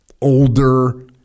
older